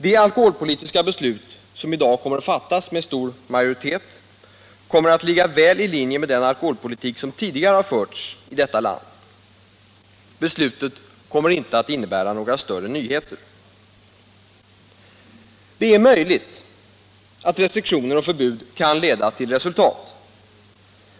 Det alkoholpolitiska beslut som i dag kommer att fattas med stor majoritet kommer att ligga väl i linje med den alkoholpolitik som tidigare har förts i detta land. Beslutet kommer inte att innebära några större nyheter. Det är möjligt att restriktioner och förbud kan leda till resultat.